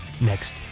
next